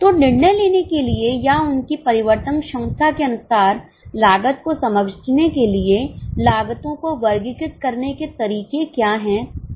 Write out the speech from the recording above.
तो निर्णय लेने के लिए या उनकी परिवर्तन क्षमता के अनुसार लागत को समझने के लिए लागतों को वर्गीकृत करने के तरीके क्या है क्या आपको याद है